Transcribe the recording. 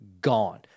gone